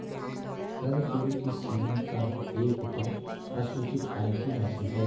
कर चोरी की सीमा का एक उपाय असूचित आय की राशि है